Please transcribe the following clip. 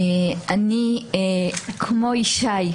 כמו ישי,